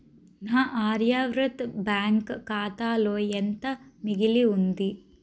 నా ఆర్యవ్రత్ బ్యాంక్ ఖాతాలో ఎంత మిగిలి ఉంది